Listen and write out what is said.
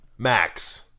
Max